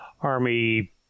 Army